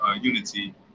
unity